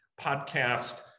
podcast